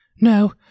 No